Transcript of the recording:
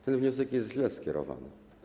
Ten wniosek jest źle skierowany.